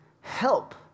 help